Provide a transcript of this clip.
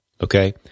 okay